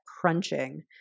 crunching